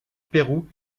pérou